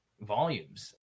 volumes